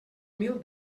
mil